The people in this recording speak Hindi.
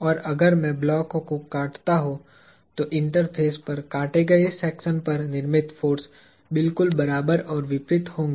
और अगर मैं ब्लॉक को काटता हूं तो इंटरफ़ेस पर काटे गए सेक्शन पर निर्मित फोर्स बिल्कुल बराबर और विपरीत होंगे